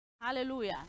Hallelujah